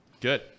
Good